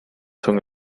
son